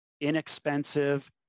inexpensive